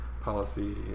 policy